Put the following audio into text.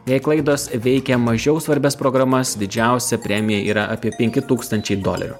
jei klaidos veikia mažiau svarbias programas didžiausia premija yra apie penki tūkstančiai dolerių